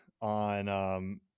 on –